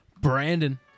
Brandon